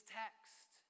text